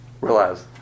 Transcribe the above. Realize